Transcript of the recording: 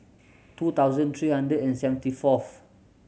two thousand three hundred and seventy fourth